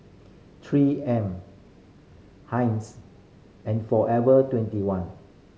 Three M Heinz and Forever Twenty one